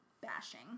Bashing